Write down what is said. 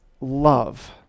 love